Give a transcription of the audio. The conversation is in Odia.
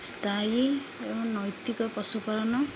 ସ୍ଥାୟୀ ଏବଂ ନୈତିକ ପଶୁପାଳନ